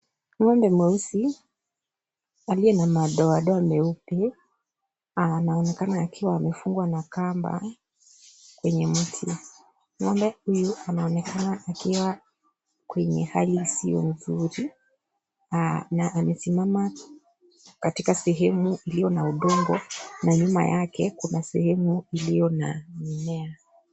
Ng'ombe mweusi aliye na madoadoa meupe anaonekana akiwa amefungwa na kamba kwenye mti, ng'ombe huyu anaonekana akiwa kwenye hali isiyo nzuri na anasiamama katika sehemu iliyo na udongo na nyuma yake kuna sehemu iliyo na mimea.